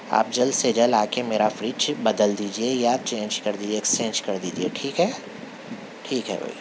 آپ جلد سے جلد آ کے میرا فریج بدل دیجیے یا چینج کر دیجیے ایکسچیج کر دیجیے ٹھیک ہے ٹھیک ہے بھائی